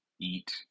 eat